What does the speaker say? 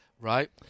Right